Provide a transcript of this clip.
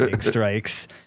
strikes